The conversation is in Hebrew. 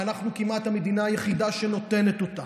שאנחנו כמעט המדינה היחידה שנותנת אותה,